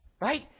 Right